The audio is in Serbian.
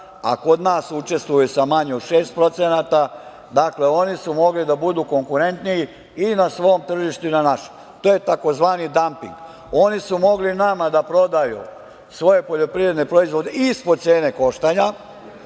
a kod nas učestvuje sa manje od 6%, dakle, oni su mogli da budu konkurentniji i na svom tržištu i na našem. To je tzv. damping. Oni su mogli nama da prodaju svoje poljoprivredne proizvode ispod cene koštanja,